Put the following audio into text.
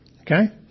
Okay